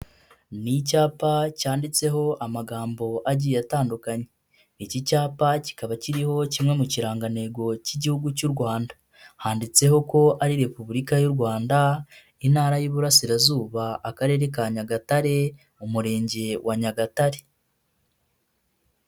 Ni icyapa cyanditseho amagambo agiye atandukanye, iki cyapa kikaba kiriho kimwe mu kirangantego k'Igihugu cy'u Rwanda, handitseho ko ari Repubulika y'u Rwanda, Intara y'Iburasirazuba, Akarere ka Nyagatare mu Murenge wa Nyagatare.